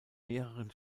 mehreren